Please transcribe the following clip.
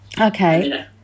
okay